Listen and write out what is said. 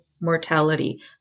mortality